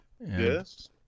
Yes